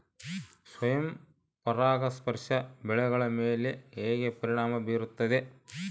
ಸ್ವಯಂ ಪರಾಗಸ್ಪರ್ಶ ಬೆಳೆಗಳ ಮೇಲೆ ಹೇಗೆ ಪರಿಣಾಮ ಬೇರುತ್ತದೆ?